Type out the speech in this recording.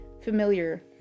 Familiar